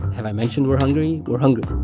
have i mentioned we're hungry? we're hungry